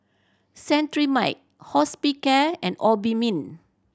Cetrimide Hospicare and Obimin